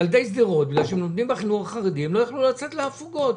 ילדי שדרות שלומדים בחינוך החרדי לא יוכלו לצאת להפוגות,